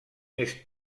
més